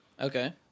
Okay